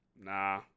Nah